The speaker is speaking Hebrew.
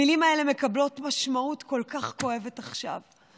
המילים האלה מקבלות משמעות כל כך כואבת עכשיו.